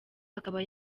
akaba